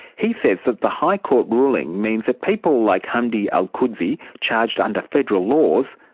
he says that the high court ruling means that people like hamdi alqudsi, charged under federal laws,